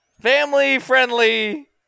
family-friendly